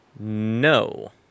no